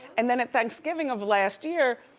and then at thanksgiving of last year,